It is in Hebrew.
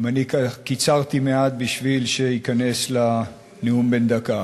גם אני קיצרתי מעט בשביל שייכנס לנאום בן דקה.